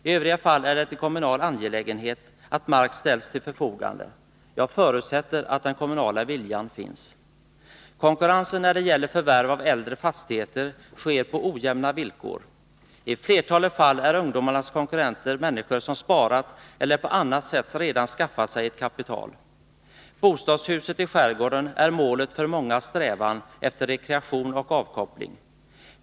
I övriga fall är det en kommunal angelägenhet att mark ställs till förfogande. Jag förutsätter att den kommunala viljan finns. Konkurrensen när det gäller förvärv av äldre fastigheter sker på ojämna villkor. I flertalet fall är ungdomarnas konkurrenter människor som sparat eller på annat sätt redan skaffat sig ett kapital. Bostadshuset i skärgården är målet för mångas strävan efter rekreation och avkoppling.